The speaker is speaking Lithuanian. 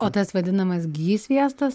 o tas vadinamas gi sviestas